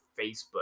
Facebook